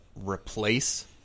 replace